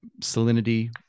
salinity